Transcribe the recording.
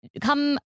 come